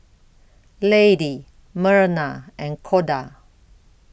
Lady Myrna and Koda